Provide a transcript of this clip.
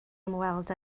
ymweld